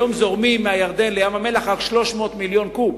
היום זורמים מהירדן לים-המלח רק 300 מיליון קוב,